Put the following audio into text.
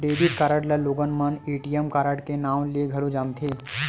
debit card ल लोगन मन ए.टी.एम कारड के नांव ले घलो जानथे